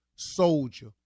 soldier